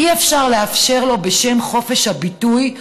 אי-אפשר לאפשר לו, בשם חופש הביטוי,